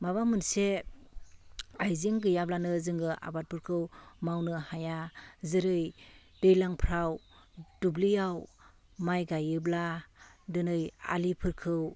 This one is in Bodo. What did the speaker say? माबा मोनसे आइजें गैयाब्लानो जोङो आबादफोरखौ मावनो हाया जेरै दैज्लांफ्राव दुब्लियाव माय गायोब्ला दिनै आलिफोरखौ